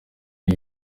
iyi